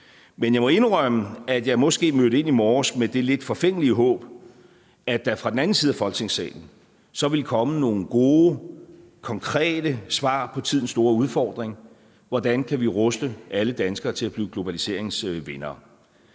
men jeg må indrømme, at jeg måske mødte ind i morges med det lidt forfængelige håb, at der fra den anden side af Folketingssalen ville komme nogle gode, konkrete svar på tidens store udfordring: Hvordan kan vi ruste alle danskere til at blive globaliseringens vindere?